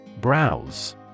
Browse